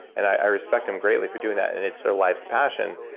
and i respect them greatly for doing that, and it's their life's passion,